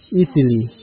easily